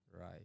Right